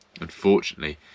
unfortunately